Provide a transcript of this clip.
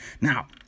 Now